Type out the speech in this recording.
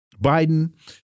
Biden